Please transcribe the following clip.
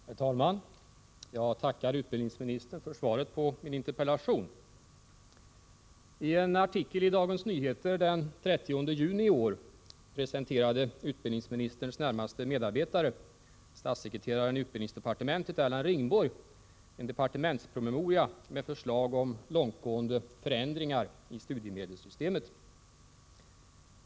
Herr talman! Jag tackar utbildningsministern för svaret på min interpellation. I en artikel i Dagens Nyheter den 30 juni i år presenterade utbildningsministerns närmaste medarbetare, statssekreteraren i utbildningsdepartemen tet Erland Ringborg, en departementspromemoria med förslag om långtgående förändringar i studiemedelssystemet.